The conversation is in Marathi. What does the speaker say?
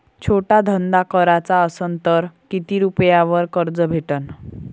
छोटा धंदा कराचा असन तर किती रुप्यावर कर्ज भेटन?